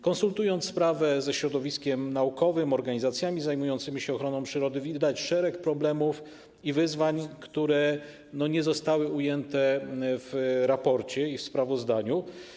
Konsultując sprawę ze środowiskiem naukowym, organizacjami zajmującymi się ochroną przyrody, widzi się szereg problemów i wyzwań, które nie zostały ujęte w raporcie i w sprawozdaniu.